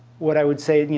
what i would say,